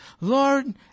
Lord